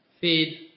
Feed